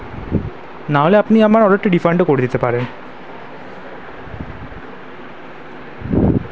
নাহলে আপনি আমার অর্ডারটা রিফান্ডও করে দিতে পারেন